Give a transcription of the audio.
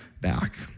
back